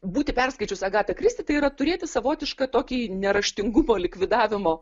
būti perskaičius agata kristi tai yra turėti savotišką tokį neraštingumo likvidavimo